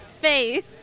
face